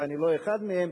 ואני לא אחד מהם,